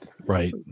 Right